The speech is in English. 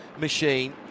machine